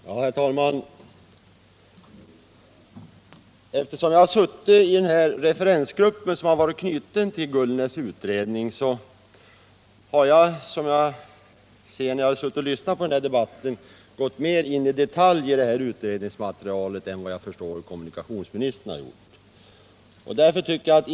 Nr 53 Herr talman! Eftersom jag suttit med i den referensgrupp, som varit knuten till Gullnäsutredningen, har jag mera i detalj kunnat sätta mig in i utredningsmaterialet än vad kommunikationsministern efter vad jag kan förstå kunnat göra.